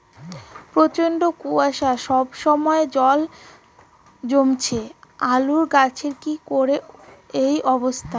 প্রচন্ড কুয়াশা সবসময় জল জমছে আলুর গাছে কি করব এই অবস্থায়?